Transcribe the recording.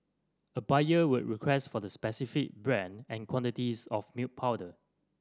a buyer would request for the specific brand and quantities of milk powder